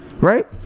Right